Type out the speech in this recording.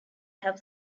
have